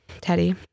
Teddy